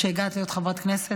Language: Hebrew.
כשהגעת להיות חברת כנסת,